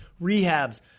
rehabs